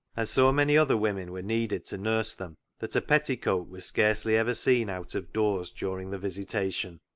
and so many other women were needed to nurse them that a petticoat was scarcely ever seen out of doors during the visitation.